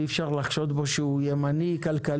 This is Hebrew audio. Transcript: אי אפשר לחשוד בו שהוא ימני כלכלי,